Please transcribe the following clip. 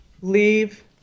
leave